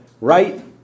Right